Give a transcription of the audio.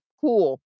cool